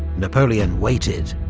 napoleon waited,